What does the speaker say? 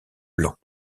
blancs